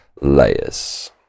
layers